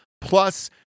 plus